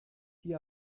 die